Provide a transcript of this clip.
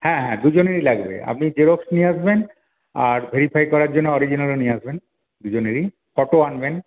হ্যাঁ হ্যাঁ দুজনেরই লাগবে আপনি জেরক্স নিয়ে আসবেন আর ভেরিফাই করার জন্যে অরিজিনালও নিয়ে আসবেন দুজনেরই ফটো আনবেন